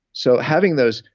so having those.